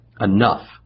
enough